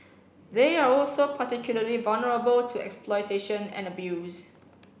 they are also particularly vulnerable to exploitation and abuse